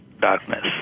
darkness